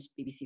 BBC